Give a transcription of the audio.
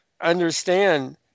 understand